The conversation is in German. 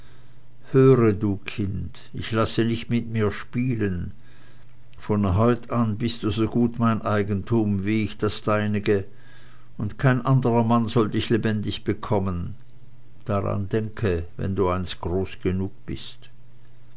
höre du kind ich lasse nicht mit mir spielen von heut an bist du so gut mein eigentum wie ich das deinige und kein anderer mann soll dich lebendig bekommen daran denke wenn du einst groß genug bist